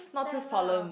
not too solemn